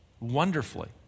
wonderfully